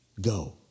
go